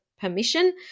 permission